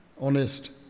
honest